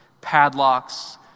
padlocks